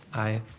aye.